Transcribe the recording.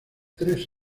tres